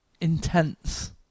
intense